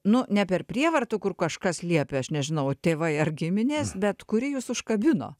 nu ne per prievartą kur kažkas liepė aš nežinau tėvai ar giminės bet kuri jus užkabino